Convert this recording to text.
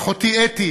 אחותי אתי